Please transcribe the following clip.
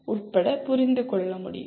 உட்பட புரிந்து கொள்ள முடியும்